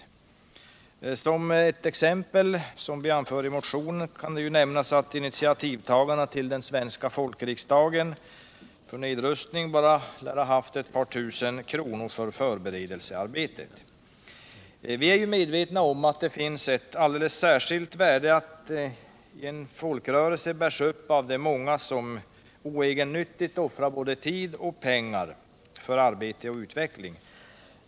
Onsdagen den Som exempel — vilket också sägs i vår motion — kan nämnas att initiativta 15 mars 1978 garna till den svenska folkriksdagen för nedrustning lär ha haft endast ett par tusen kronor till förberedelsearbetet. -;. Vissa anslag inom Vi är medvetna om att det finns ett alldeles särskilt värde i att en folkrörelse Z j å ” utrikesdepartemenbärs upp av de många som oegennyttigt offrar tid och pengar för dess arbete sets verksamhetsoch utveckling.